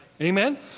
Amen